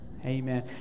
Amen